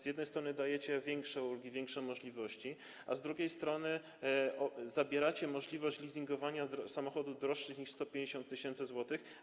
Z jednej strony dajecie większe ulgi, większe możliwości, a z drugiej strony zabieracie możliwość leasingowania samochodów droższych niż 150 tys. zł.